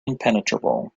impenetrable